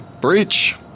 Breach